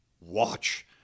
watch